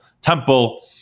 temple